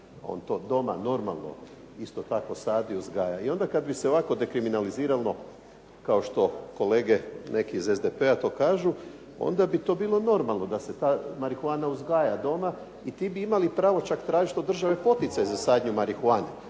On to doma normalno isto sadi i uzgaja. I onda kada bi se ovako dekriminaliziralno kao što kolege neki iz SDP-a to kažu, onda bi to bilo normalno da se ta marihuana uzgaja doma i ti bi imali pravo čak tražiti poticaj za saditi marihuanu,